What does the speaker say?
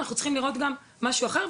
אנחנו צריכים לראות גם משהו אחר.